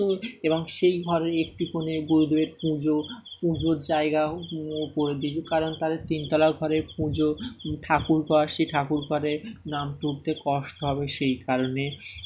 এবং সেই ঘর একটি কোণে গুরুদেবের পুজো পুজোর জায়গা করে দিয়ে কারণ তাদের তিনতলা ঘরে পুজো ঠাকুর পাড় সেই ঠাকুর পাড়ে নাম জপতে কষ্ট হবে সেই কারণে